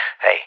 hey